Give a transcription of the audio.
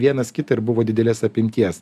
vienas kitą ir buvo didelės apimties